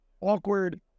awkward